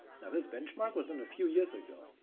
now this benchmark was done a few years ago,